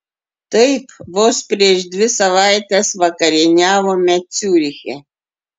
taip vos prieš dvi savaites vakarieniavome ciuriche